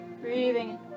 Breathing